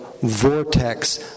vortex